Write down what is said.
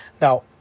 Now